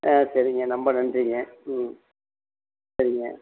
சரிங்க ரொம்ப நன்றிங்க சரிங்க